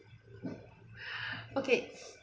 okay